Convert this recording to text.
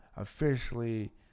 officially